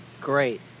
Great